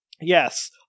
yes